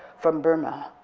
from burma,